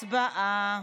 הצבעה.